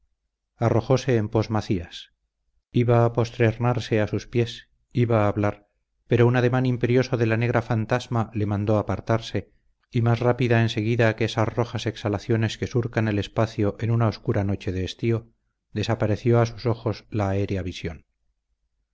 arrojóse en pos macías iba a prosternarse a sus pies iba a hablar pero un ademán imperioso de la negra fantasma le mandó apartarse y más rápida en seguida que esas rojas exhalaciones que surcan el espacio en una oscura noche de estío desapareció a sus ojos la aérea visión